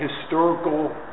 historical